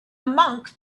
monk